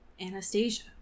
Anastasia